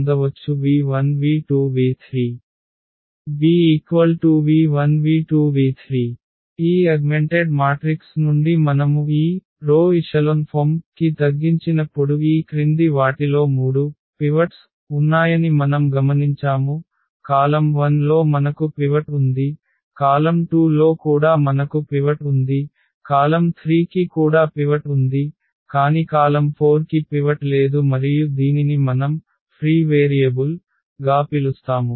Bv1 v2 v3 ఈ augmented matrix నుండి మనము ఈ రో ఎచెలాన్ ఫామ్ కి తగ్గించినప్పుడు ఈ క్రింది వాటిలో 3 పివోట్లు ఉన్నాయని మనం గమనించాము కాలమ్ 1 లో మనకు పివట్ ఉంది కాలమ్ 2 లో కూడా మనకు పివట్ ఉంది కాలమ్ 3 కి కూడా పివట్ ఉంది కాని కాలమ్ 4 కి పివట్ లేదు మరియు దీనిని మనం ఫ్రీ వేరియబుల్గా పిలుస్తాము